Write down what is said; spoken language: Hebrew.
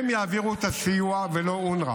הם יעבירו את הסיוע ולא אונר"א.